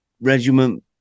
regiment